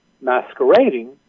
masquerading